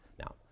Now